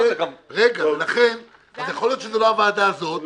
אז יכול להיות שזאת לא הוועדה הזאת,